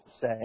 say